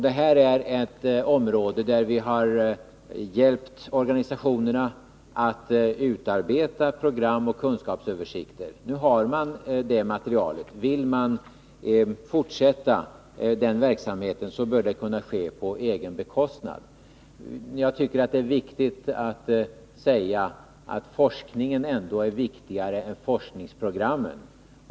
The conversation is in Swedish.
Detta är ett område där vi hjälpt organisationerna att utarbeta program och kunskapsöversikter. Nu har man det materialet. Vill man fortsätta verksamheten bör det kunna ske på egen bekostnad. Jag tycker att det är viktigt att säga att forskningen ändå är viktigare än forskningsprogrammen.